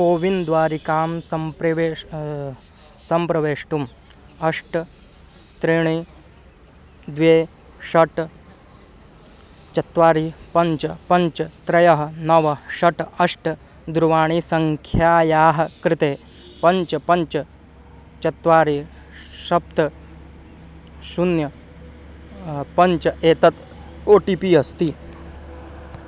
CoWIN द्वारिकां सम्प्रेवेष्टुं सम्प्रवेष्टुम् अष्ट त्रीणि द्वे षट् चत्वारि पञ्च पञ्च त्रीणि नव षट् अष्ट दूरवाणीसङ्ख्यायाः कृते पञ्च पञ्च चत्वारि सप्त शून्यं पञ्च एतत् ओ टि पि अस्ति